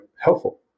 helpful